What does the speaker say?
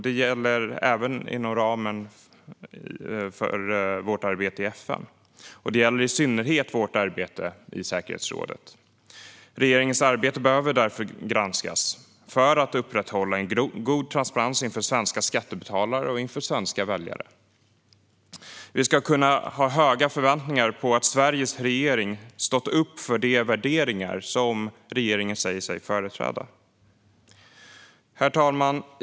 Det gäller även inom ramen för vårt arbete i FN, och det gäller i synnerhet vårt arbete i säkerhetsrådet. Regeringens arbete behöver granskas för att upprätthålla en god transparens inför svenska skattebetalare och inför svenska väljare. Vi ska kunna ha höga förväntningar på att Sveriges regering stått upp för de värderingar som regeringen säger sig företräda. Herr talman!